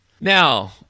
Now